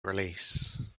release